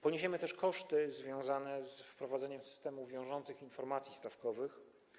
Poniesiemy też koszty związane z wprowadzeniem systemu wiążących informacji stawkowych.